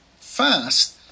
fast